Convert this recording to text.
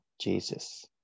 Jesus